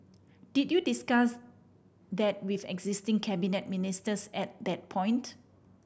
did you discuss that with existing cabinet ministers at that point